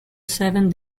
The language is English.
seven